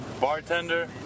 bartender